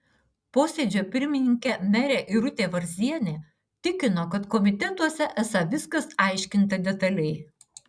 posėdžio pirmininkė merė irutė varzienė tikino kad komitetuose esą viskas aiškinta detaliai